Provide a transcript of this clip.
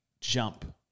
jump